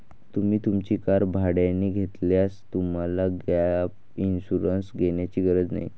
तुम्ही तुमची कार भाड्याने घेतल्यास तुम्हाला गॅप इन्शुरन्स घेण्याची गरज नाही